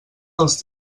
dels